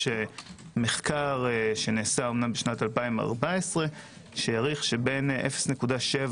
יש מחקר שנעשה אמנם ב-2014 שהעריך שבין 0.7